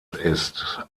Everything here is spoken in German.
ist